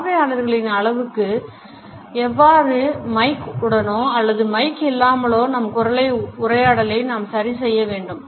பார்வையாளர்களின்அளவுக்கு ஏற்றவாறு மைக் உடனோ அல்லது மைக் இல்லாமலோ நம் குரல் உரையாடலை நாம் சரிசெய்ய வேண்டும்